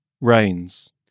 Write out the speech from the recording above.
rains